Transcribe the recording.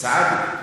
סעדי.